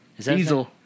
Diesel